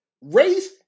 Race